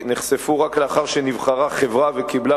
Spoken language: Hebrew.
נחשפו רק לאחר שנבחרה חברה וקיבלה